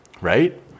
Right